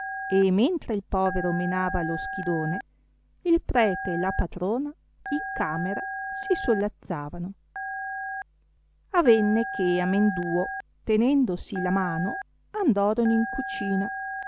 e mentre il povero menava lo schidone il prete e la patrona in camera si solazzavano avenne che amenduo tenendosi la mano andorono in cucina